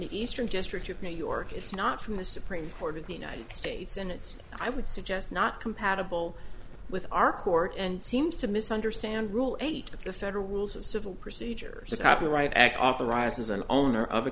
the eastern district of new york it's not from the supreme court of the united states and it's i would suggest not compatible with our court and seems to misunderstand rule eight of the federal rules of civil procedure the copyright act authorizes an owner of a